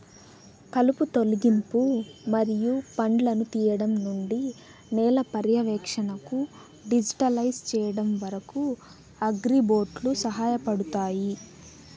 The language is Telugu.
కలుపు తొలగింపు మరియు పండ్లను తీయడం నుండి నేల పర్యవేక్షణను డిజిటలైజ్ చేయడం వరకు, అగ్రిబోట్లు సహాయపడతాయి